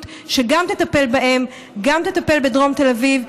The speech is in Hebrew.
שגם תטפל בהם וגם תטפל בדרום תל אביב,